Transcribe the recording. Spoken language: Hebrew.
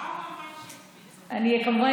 כמובן,